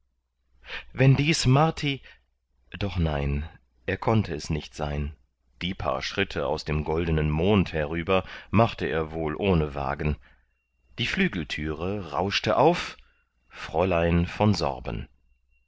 wenn dies marti doch nein er konnte es nicht sein die paar schritte aus dem goldenen mond herüber machte er wohl ohne wagen die flügeltüre rauschte auf fräulein von sorben